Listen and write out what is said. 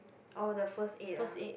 oh the first aid ah